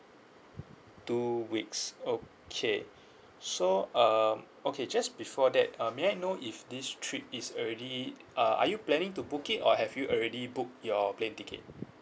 two weeks okay so um okay just before that uh may I know if this trip is already uh are you planning to book it or have you already booked your plane ticket